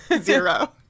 Zero